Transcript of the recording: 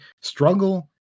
Struggle